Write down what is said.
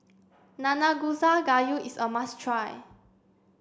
Nanakusa Gayu is a must try